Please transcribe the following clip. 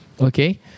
Okay